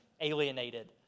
alienated